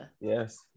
yes